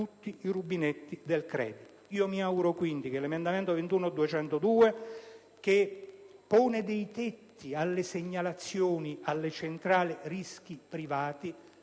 tutti i rubinetti del credito. Mi auguro quindi che l'emendamento 21.202, che intende porre dei tetti alle segnalazioni presso le centrali rischi private,